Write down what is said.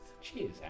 Cheers